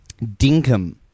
Dinkum